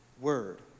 word